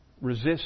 resist